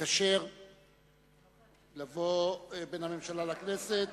המקשר בין הממשלה לכנסת,